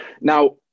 Now